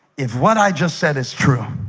if what i just said it's true